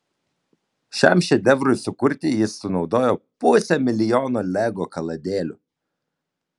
šiam šedevrui sukurti jis sunaudojo pusę milijono lego kaladėlių